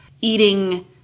eating